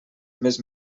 més